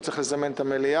הוא צריך לזמן את המליאה,